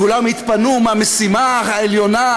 כולם התפנו מהמשימה העליונה,